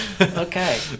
okay